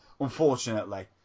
unfortunately